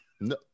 No